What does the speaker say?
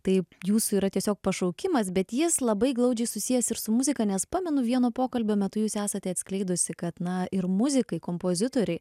tai jūsų yra tiesiog pašaukimas bet jis labai glaudžiai susijęs ir su muzika nes pamenu vieno pokalbio metu jūs esate atskleidusi kad na ir muzikai kompozitoriai